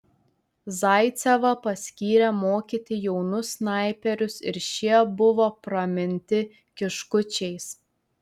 zaicevą paskyrė mokyti jaunus snaiperius ir šie buvo praminti kiškučiais